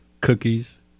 Cookies